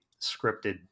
scripted